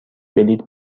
بلیط